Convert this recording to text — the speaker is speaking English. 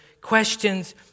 questions